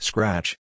Scratch